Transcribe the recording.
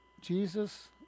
Jesus